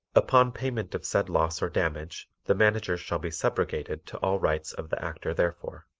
upon payment of said loss or damage the manager shall be subrogated to all rights of the actor therefor.